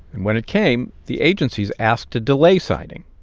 and when it came, the agencies asked to delay signing.